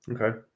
Okay